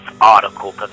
article